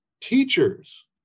teachers